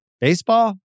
Baseball